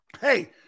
Hey